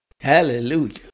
Hallelujah